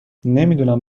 نمیدونم